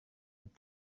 and